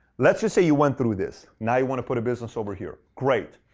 let's just say you went through this. now you want to put a business over here. great.